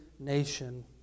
nation